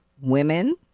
women